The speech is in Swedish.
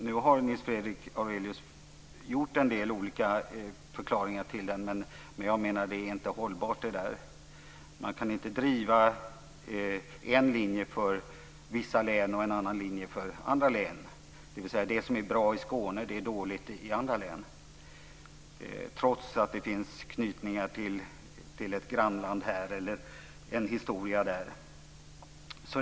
Nu har Nils Fredrik Aurelius framfört en del olika förklaringar till den, men jag menar ändå att de inte är hållbara. Man kan inte driva en linje för vissa län och en annan linje för andra län, dvs. att det som är bra i Skåne är dåligt i andra län, trots att det finns anknytningar till ett grannland här eller en historia där.